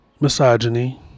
misogyny